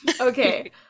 okay